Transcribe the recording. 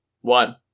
one